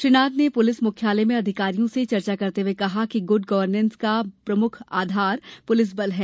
श्री नाथ ने पुलिस मुख्यालय में अधिकारियों से चर्चा करते हुए कहा कि गुड गवर्नेस का प्रमुख आधार पुलिस बल है